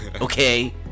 okay